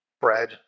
bread